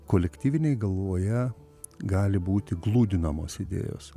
kolektyvinėj galvoje gali būti gludinamos idėjos